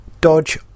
dodge